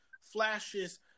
flashes